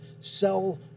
sell